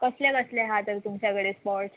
कसले कसले आहा तर तुमच्या कडेन स्पॉट्स